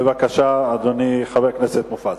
בבקשה, אדוני חבר הכנסת מופז.